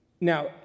Now